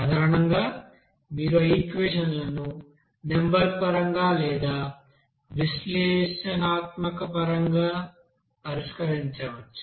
సాధారణంగా మీరు ఆ ఈక్వెషన్లను నెంబర్ పరంగా లేదా విశ్లేషణాత్మకంగా పరిష్కరించవచ్చు